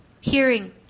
hearing